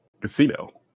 Casino